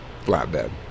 flatbed